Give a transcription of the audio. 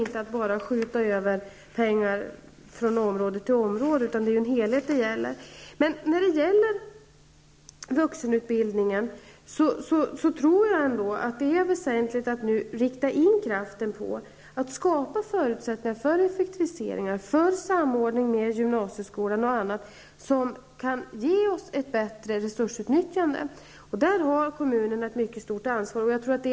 Det går inte att skjuta över pengar från område till område. Det är frågan om en helhet. När det gäller vuxenutbildningen tror jag att det är väsentligt att rikta in kraften på att skapa förutsättningar för effektivisering och för samordning med gymnasieskolan, vilket kan ge ett bättre resursutnyttjande. Där har kommunerna ett mycket stort ansvar.